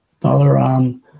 Balaram